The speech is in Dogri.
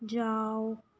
जाओ